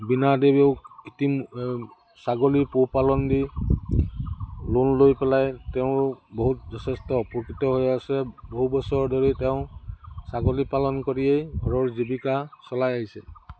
বীণা দেৱীও কৃত্ৰিম ছাগলীৰ পোহপালন দি লোন লৈ পেলাই তেওঁ বহুত যথেষ্ট উপকৃত হৈ আছে বহু বছৰ ধৰি তেওঁ ছাগলী পালন কৰিয়েই ঘৰৰ জীৱিকা চলাই আহিছে